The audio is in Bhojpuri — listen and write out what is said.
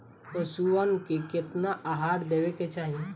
पशुअन के केतना आहार देवे के चाही?